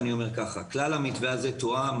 המתווה הזה תואם